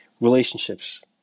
Relationships